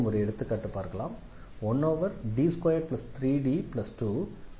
மீண்டும் ஒரு எடுத்துக்காட்டை பார்க்கலாம்